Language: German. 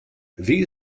wie